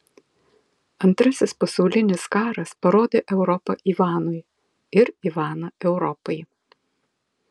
antrasis pasaulinis karas parodė europą ivanui ir ivaną europai